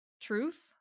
truth